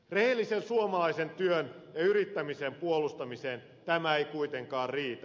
rehellisen suomalaisen työn ja yrittämisen puolustamiseen tämä ei kuitenkaan riitä